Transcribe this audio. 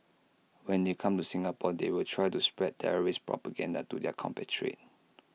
when they come to Singapore they will try to spread terrorist propaganda to their compatriots